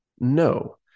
No